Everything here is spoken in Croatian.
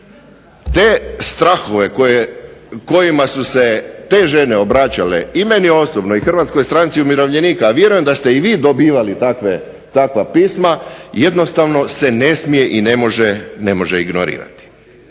te strahove kojima su se te žene obraćale i meni osobno i HSU-u, a vjerujem da ste i vi dobivali takva pisma jednostavno se ne smije i ne može ignorirati.